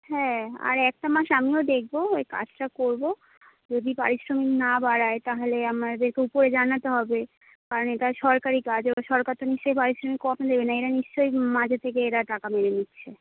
হ্যাঁ আর একটা মাস আমিও দেখবো এই কাজটা করব যদি পারিশ্রমিক না বাড়ায় তাহলে আমাদের উপরে জানাতে হবে কারণ এটা সরকারি কাজ সরকার তো নিশ্চয়ই পারিশ্রমিক কম দেবে না এরা নিশ্চয়ই মাঝে থেকে এরা টাকা মেরে নিচ্ছে